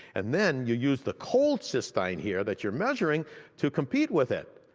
and then you use the cold cystine here that you're measuring to compete with it.